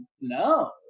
no